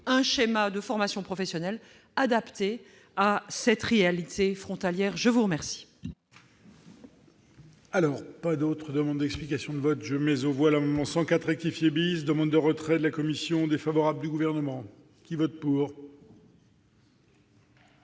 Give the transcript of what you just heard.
un schéma de formation professionnelle adapté à cette réalité frontalière. Je mets aux voix